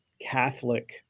Catholic